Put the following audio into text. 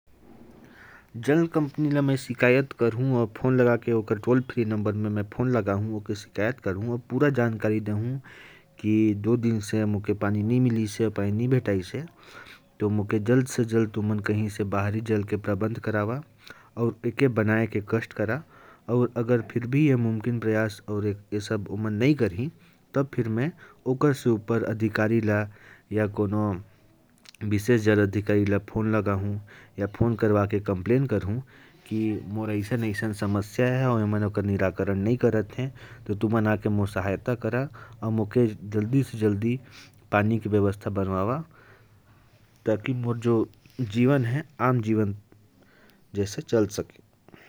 जल कंपनी को मैं शिकायत करता हूँ कि मेरे यहां दो दिन से पानी नहीं आया है। और इसका निराकरण अगर जल्द से जल्द नहीं किया गया, तो मैं आपकी शिकायत ऊपर के अधिकारियों से करूंगा। तो, कृपया जल्द से जल्द मेरे नल को ठीक करें और तत्काल प्रभाव से मेरे लिए पीने के पानी की व्यवस्था करें।